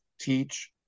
teach